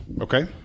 Okay